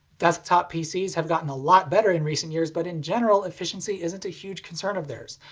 desktop pcs have gotten a lot better in recent years, but in general efficiency isn't a huge concern of theirs.